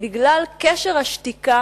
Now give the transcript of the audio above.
בגלל קשר השתיקה